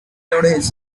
his